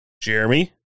Jeremy